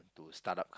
to start up